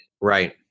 Right